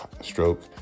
stroke